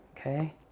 okay